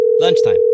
Lunchtime